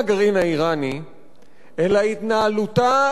אלא התנהלותה של ממשלת ישראל בסוגיה הזאת.